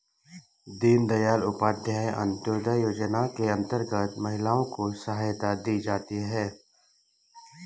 दीनदयाल उपाध्याय अंतोदय योजना के अंतर्गत महिलाओं को सहायता दी जाती है